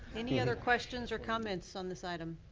any other questions or comments on this item?